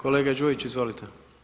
Kolega Đujić, izvolite.